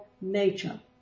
nature